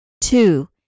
Two